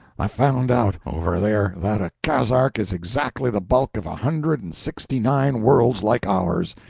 i found out, over there, that a kazark is exactly the bulk of a hundred and sixty-nine worlds like ours!